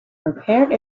prepared